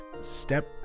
Step